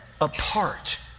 apart